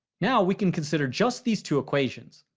now we can consider just these two equations.